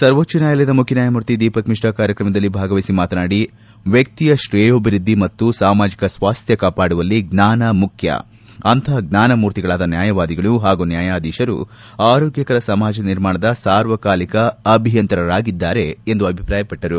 ಸರ್ವೋಚ್ವ ನ್ಯಾಯಾಲಯದ ಮುಖ್ಯನ್ನಾಯಮೂರ್ತಿ ದೀಪಕ್ಮಿಶ್ರಾ ಕಾರ್ಯಕ್ರಮದಲ್ಲಿ ಭಾಗವಹಿಸಿ ಮಾತನಾಡಿ ವ್ಯಕ್ತಿಯ ಶ್ರೇಯೋಭಿವೃದ್ದಿ ಮತ್ತು ಸಾಮಾಜಿಕ ಸ್ವಾಸ್ತ್ಯ ಕಾಪಾಡುವಲ್ಲಿ ಜ್ವಾನ ಮುಖ್ಯ ಅಂತಪ ಜ್ವಾನಮೂರ್ತಿಗಳಾದ ನ್ನಾಯವಾದಿಗಳು ಹಾಗೂ ನ್ನಾಯಾಧೀಶರು ಆರೋಗ್ನಕರ ಸಮಾಜ ನಿರ್ಮಾಣದ ಸಾರ್ವಕಾಲಿಕ ಅಭಿಯಂತರರಾಗಿದ್ದಾರೆ ಎಂದು ಹೇಳಿದರು